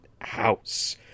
house